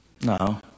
No